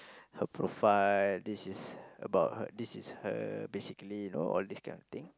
her profile this is about this is her basically you know all this kind of thing